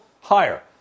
higher